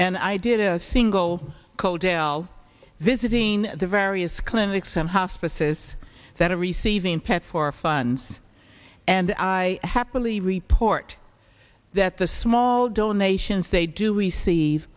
and i did a single codell visiting the various clinics and hospices that are receiving pet for funds and i happily report that the small donations they do receive